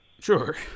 Sure